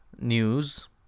news